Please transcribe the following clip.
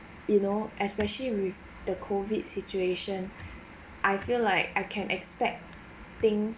you know especially with the COVID situation I feel like I can expect things